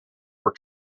were